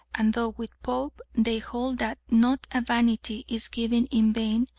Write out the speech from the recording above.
and though with pope they hold that not a vanity is given in vain,